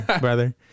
brother